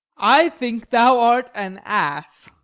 i think thou art an ass.